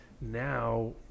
now